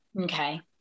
Okay